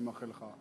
תודה, תודה.